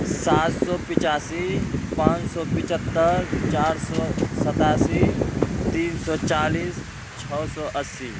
سات سو پچاسی پانچ سو پچہتر چار سو ستاسی تین سو چالیس چھ سو اسّی